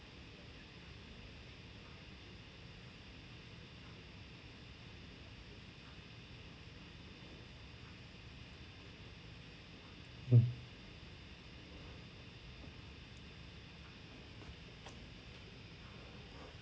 mm